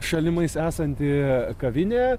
šalimais esanti kavinė